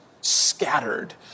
scattered